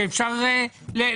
שאפשר להסתמך עליו.